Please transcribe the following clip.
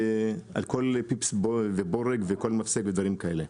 על כל פיפס ובורג וכל מפסק ודברים כאלה.